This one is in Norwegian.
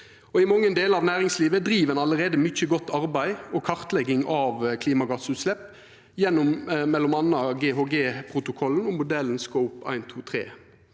I mange delar av næringslivet driv ein allereie mykje godt arbeid og kartlegging av klimagassutslepp, gjennom m.a. GHGprotokollen og modellen scope 1,